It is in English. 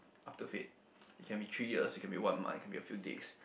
up to fate it can be three years it can be one month it could be a few days